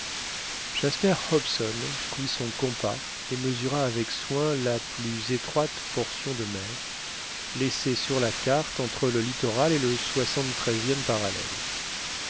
jasper hobson prit son compas et mesura avec soin la plus étroite portion de mer laissée sur la carte entre le littoral et le soixante treizième parallèle